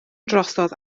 drosodd